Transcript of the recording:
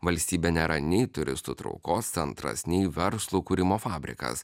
valstybė nėra nei turistų traukos centras nei verslų kūrimo fabrikas